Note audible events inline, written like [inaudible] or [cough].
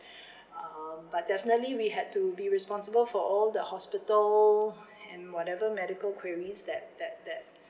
[breath] uh but definitely we had to be responsible for all the hospital and whatever medical queries that that that